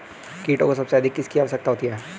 कीटों को सबसे अधिक किसकी आवश्यकता होती है?